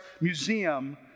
Museum